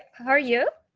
how are you?